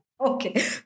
Okay